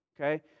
Okay